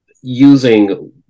using